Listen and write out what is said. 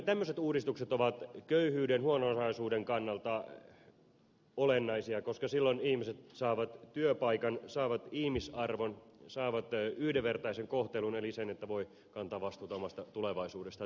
tämmöiset uudistukset ovat köyhyyden huono osaisuuden kannalta olennaisia koska silloin ihmiset saavat työpaikan saavat ihmisarvon saavat yhdenvertaisen kohtelun eli sen että voi kantaa vastuuta omasta tulevaisuudestaan